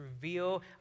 reveal